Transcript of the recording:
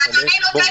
בואו,